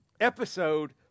Episode